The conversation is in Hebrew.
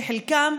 שחלקם,